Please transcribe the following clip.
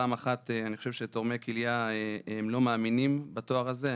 פעם אחת: אני חושב שתורמי כליה לא מאמינים בתואר הזה.